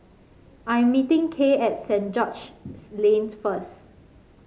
I am meeting Kay at Saint George's Lane first